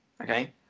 okay